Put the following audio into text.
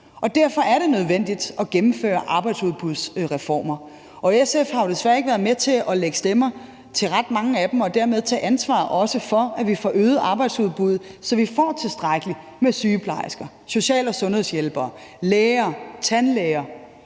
Derfor er det nødvendigt at gennemføre arbejdsudbudsreformer, og SF har jo desværre ikke været med til at lægge stemmer til ret mange af dem og dermed også tage et ansvar for, at vi får øget arbejdsudbuddet, så vi får tilstrækkelig med sygeplejersker, social- og sundhedshjælpere, læger, tandlæger,